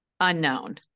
unknown